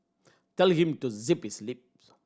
tell him to zip his lips